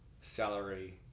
salary